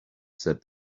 said